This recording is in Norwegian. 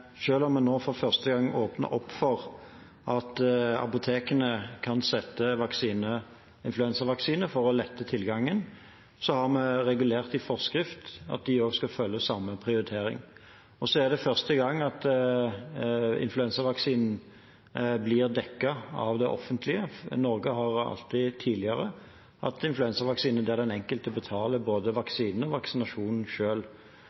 om vi nå for første gang åpner opp for at apotekene kan sette influensavaksine for å lette tilgangen – har regulert i forskrift at de også skal følge samme prioritering. Og det er første gang at influensavaksinen blir dekket av det offentlige. I Norge, ved tidligere influensavaksiner, har alltid den enkelte betalt både